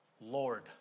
Lord